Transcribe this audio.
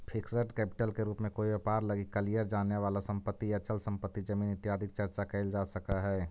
fixed capital के रूप में कोई व्यापार लगी कलियर जाने वाला संपत्ति या अचल संपत्ति जमीन इत्यादि के चर्चा कैल जा सकऽ हई